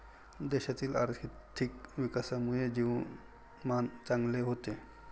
देशातील आर्थिक विकासामुळे जीवनमान चांगले होते